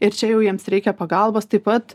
ir čia jau jiems reikia pagalbos taip pat